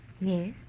Yes